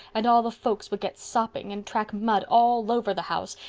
and all the folks will get sopping and track mud all over the house.